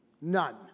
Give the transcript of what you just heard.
None